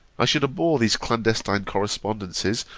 i should abhor these clandestine correspondences,